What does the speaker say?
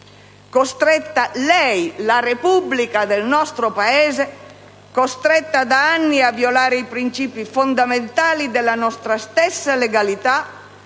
Repubblica - la repubblica del nostro Paese - costretta da anni a violare i principi fondamentali della nostra stessa legalità,